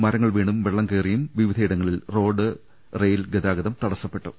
മരങ്ങൾ വീണും വെള്ളം കയ റിയും വിവിധയിടങ്ങളിൽ റോഡ് ട്രെയിൻ ഗതാഗതം തടസ്സപ്പെട്ടു